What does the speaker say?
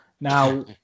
Now